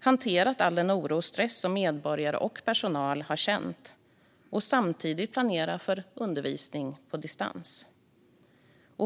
hanterat all den oro och stress som medborgare och personal har känt och samtidigt planerat för undervisning på distans.